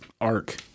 arc